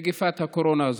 מגפת הקורונה הזאת.